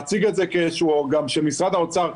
גם של משרד האוצר,